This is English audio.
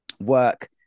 work